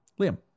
Liam